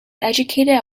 educated